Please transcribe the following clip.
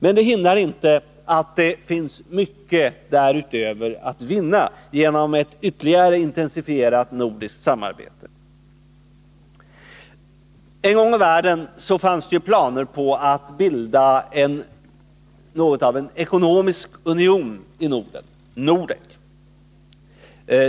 Men det hindrar inte att det finns mycket därutöver att vinna genom ett ytterligare intensifierat nordiskt samarbete. En gång i världen fanns det planer på att bilda något av en ekonomisk union i Norden, Nordek.